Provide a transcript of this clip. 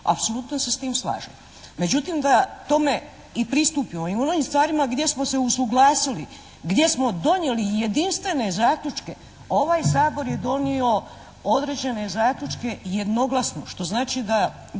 apsolutno se s tim slažem. Međutim, da tome i pristupimo i u mnogim stvarima gdje smo se usuglasili, gdje smo donijeli jedinstvene zaključke, ovaj Sabor je donio određene zaključke jednoglasno, što znači da